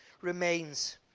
remains